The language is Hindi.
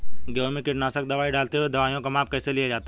गेहूँ में कीटनाशक दवाई डालते हुऐ दवाईयों का माप कैसे लिया जाता है?